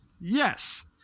yes